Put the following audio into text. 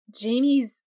Jamie's